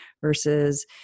versus